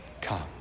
come